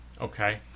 Okay